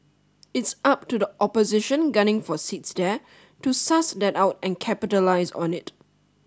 it's up to the opposition gunning for seats there to suss that out and capitalise on it